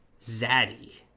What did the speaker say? Zaddy